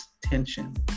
tension